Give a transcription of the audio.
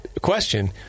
question